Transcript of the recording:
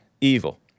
Evil